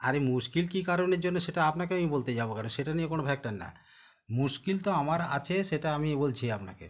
আরে মুশকিল কী কারণের জন্য সেটা আপনাকে আমি বলতে যাব কেন সেটা নিয়ে কোনো ফ্যাক্টর না মুশকিল তো আমার আছে সেটা আমি বলছি আপনাকে